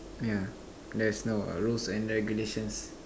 yeah there is no rules and regulations